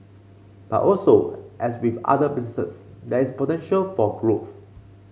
but also as with other businesses there is potential for growth